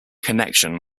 connection